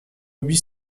huit